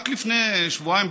רק לפני שבועיים,